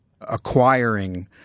acquiring